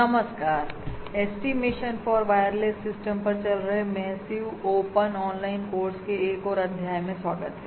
नमस्कार estimation for wireless system पर चल रहे मैसिव ओपन ऑनलाइन कोर्स के एक और अध्याय में स्वागत है